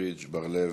פריג'; בר-לב,